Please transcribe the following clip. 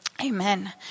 Amen